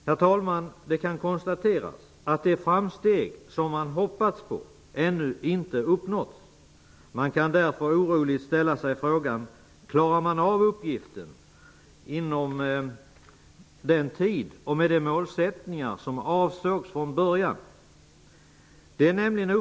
Herr talman! Det kan konstateras att de framsteg som man hade hoppats på ännu inte har gjorts. Man kan därför oroligt ställa sig frågan: Klarar man av uppgiften inom den tid och med de målsättningar som avsågs från början?